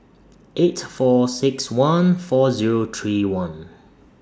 eight four six one four Zero three one